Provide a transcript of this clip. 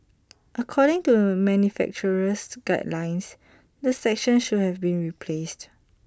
according to the manufacturer's guidelines the section should have been replaced